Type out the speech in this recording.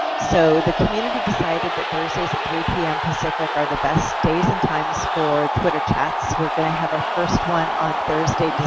so the community decided that thursdays at three p m. pacific are the best days and times for twitter chats. we're going to have our first one on thursday,